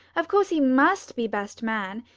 of course he must be best man.